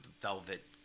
velvet